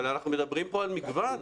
אבל אנחנו מדברים פה על מגוון.